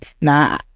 now